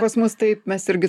pas mus taip mes irgi